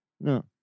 No